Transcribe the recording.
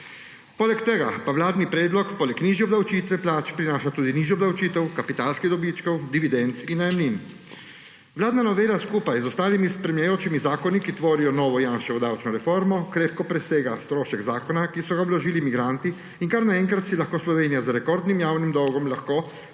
Poleg tega pa vladni predlog poleg nižje obdavčitve plač prinaša tudi nižjo obdavčitev kapitalskih dobičkov, dividend in najemnin. Vladna novela skupaj z ostalimi spremljajočimi zakoni, ki tvorijo novo Janševo davčno reformo, krepko presega strošek zakona, ki so ga vložili delavci migranti; in kar naenkrat si lahko Slovenija z rekordnim javnim dolgom lahko